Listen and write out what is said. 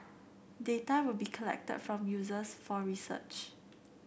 data will be collected from users for research